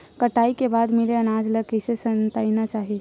कटाई के बाद मिले अनाज ला कइसे संइतना चाही?